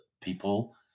people